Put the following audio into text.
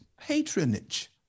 patronage